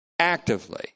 Actively